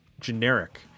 generic